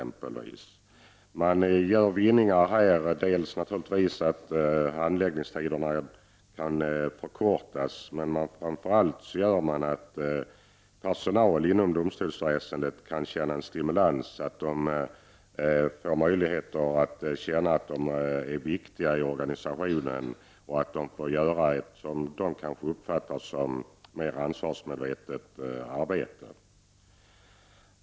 Man vinner naturligtvis en del genom att handläggningstiderna kan förkortas, men framför allt kan personal inom domstolsväsendet känna en stimulans. De får känna att de är viktiga i organisationen och att de får göra ett, som de kanske uppfattar det, mera ansvarsfullt arbete.